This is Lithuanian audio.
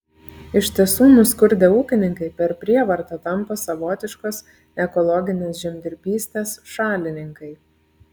iš tiesų nuskurdę ūkininkai per prievartą tampa savotiškos ekologinės žemdirbystės šalininkai